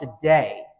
today